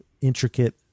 intricate